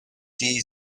die